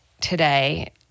today